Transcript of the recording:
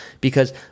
because-